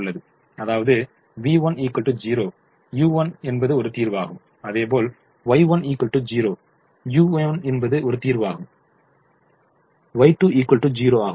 அதாவது v1 0 u1 என்பது ஒரு தீர்வாகும் அதுபோல் Y1 0 u3 என்பது ஒரு தீர்வாகும் Y3 0 ஆகும்